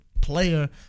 player